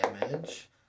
damage